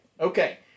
Okay